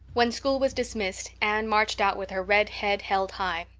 when school was dismissed anne marched out with her red head held high.